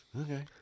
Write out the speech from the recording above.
Okay